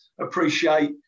appreciate